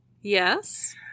Yes